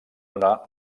donar